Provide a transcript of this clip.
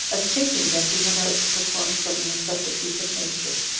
as thinking that he went out to perform some necessities of nature.